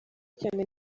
cyane